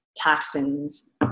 toxins